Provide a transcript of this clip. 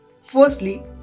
Firstly